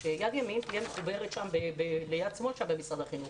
שיד ימין תהיה מחוברת ליד שמאל במשרד החינוך.